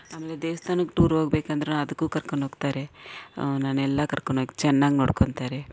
ಆಮೇಲೆ ದೇವಸ್ಥಾನಕ್ಕೆ ಟೂರ್ ಹೋಗ್ಬೇಕೆಂದ್ರೂ ಅದಕ್ಕು ಕರ್ಕೊಂಡೋಗ್ತಾರೆ ನನ್ನ ಎಲ್ಲ ಕರ್ಕೊಂಡೋಗಿ ಚೆನ್ನಾಗಿ ನೋಡ್ಕೊಳ್ತಾರೆ